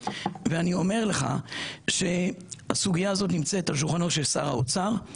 ואני אומר לך שהסוגייה הזו נמצאת על שולחנו של שר האוצר,